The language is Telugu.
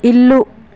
ఇల్లు